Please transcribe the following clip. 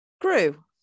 grew